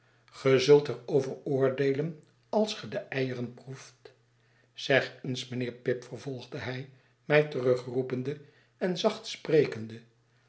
er over oordeelen als ge de eieren proeft zeg eens mijnheer pip vervolgde hij mij terugroepende en zacht sprekende